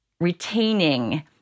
retaining